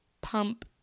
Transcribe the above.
pump